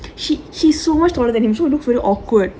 she she so much taller so it look very awkward